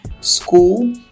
school